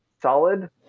solid